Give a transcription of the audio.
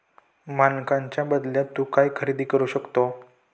मानकांच्या बदल्यात तू काय खरेदी करू शकतो?